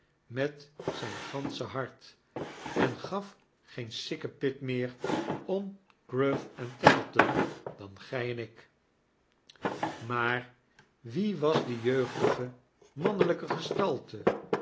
met zijn gansche hart en gaf geen sikkepit meer om gruff en tackleton dan gij en ik maar wie was die jeugdige mannelijk gestalte